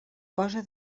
cosa